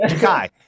guy